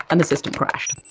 and the system crashed.